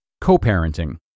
Co-parenting